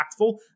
impactful